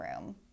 room